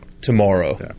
tomorrow